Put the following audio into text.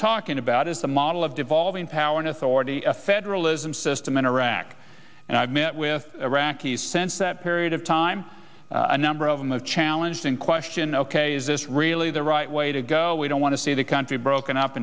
talking about is the model of devolving power and authority federalism system in iraq and i've met with iraqis sense that period of time a number of them the challenge in question ok is this really the right way to go we don't want to see the country broken up